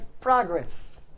progress